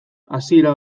hasiera